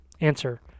Answer